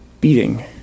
beating